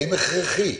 האם הכרחי?